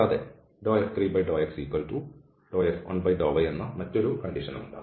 കൂടാതെ F2∂xF1∂y എന്ന മറ്റൊരു വ്യവസ്ഥയുണ്ട്